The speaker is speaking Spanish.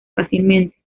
fácilmente